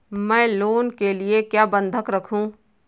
मैं लोन के लिए क्या बंधक रखूं?